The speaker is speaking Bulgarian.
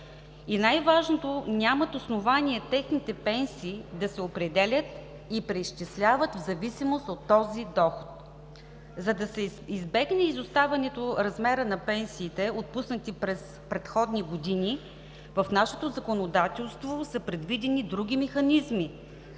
И най-важното, нямат основание техните пенсии да се определят и преизчисляват в зависимост от този доход. За да се избегне изоставането в размера на пенсиите, отпуснати през предходни години, в нашето законодателство са предвидени други механизми,